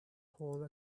hole